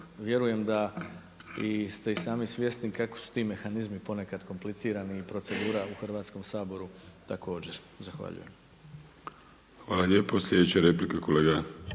vjerujem da ste i sami svjesni kako su ti mehanizmi ponekad komplicirani i procedura u Hrvatskom saboru također. Zahvaljujem. **Vrdoljak, Ivan